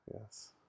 Yes